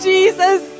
Jesus